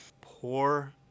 Poor